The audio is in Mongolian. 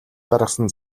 гаргасан